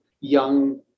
young